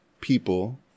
people